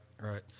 right